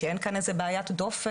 שאין כאן איזה בעיית דופק,